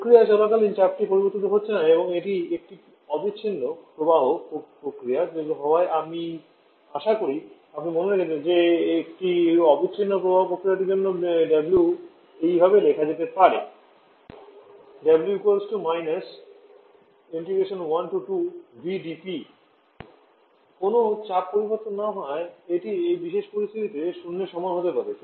প্রক্রিয়া চলাকালীন চাপটি পরিবর্তিত হচ্ছে না এবং এটি একটি অবিচ্ছিন্ন প্রবাহ প্রক্রিয়া হওয়ায় আমি আশা করি আপনি মনে রেখেছেন যে একটি অবিচ্ছিন্ন প্রবাহ প্রক্রিয়াটির জন্য ডব্লিউ এইভাবে লেখা যেতে পারে কোনও চাপ পরিবর্তন না হওয়ায় এটি এই বিশেষ পরিস্থিতিতে শূন্যের সমান হতে পারে